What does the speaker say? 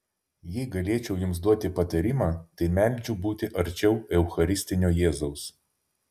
jei galėčiau jums duoti patarimą tai meldžiu būti arčiau eucharistinio jėzaus